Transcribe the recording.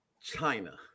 china